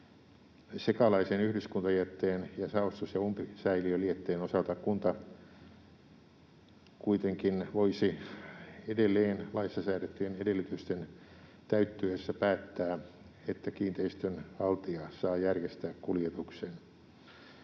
Sekalaisen yhdyskuntajätteen ja saostus- ja umpisäiliölietteen osalta kunta kuitenkin voisi edelleen laissa säädettyjen edellytysten täyttyessä päättää, että kiinteistön haltija saa järjestää kuljetuksen.